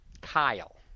Kyle